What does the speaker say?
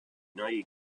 united